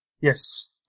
Yes